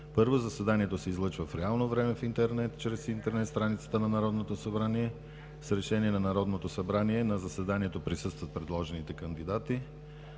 Първо, заседанието се излъчва в реално време в интернет – чрез интернет страницата на Народното събрание. С решение на народното събрание на заседанието присъстват предложените кандидати.